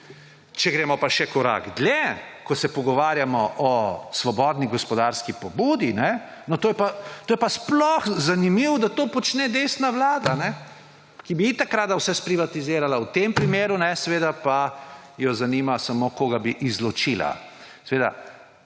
Če gremo pa še korak dlje, ko se pogovarjamo o svobodni gospodarski pobudi, no, to je pa sploh zanimivo, da to počne desna vlada, ki bi itak rada vse sprivatizirala, v tem primeru pa jo zanima samo, koga bi izločila.